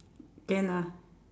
can ah